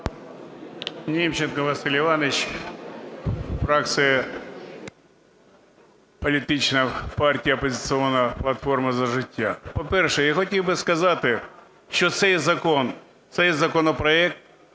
Німченко Василь Іванович, фракція політична партія "Опозиційна платформа – За життя". По-перше, я хотів би сказати, що цей законопроект